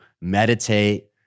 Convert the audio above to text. meditate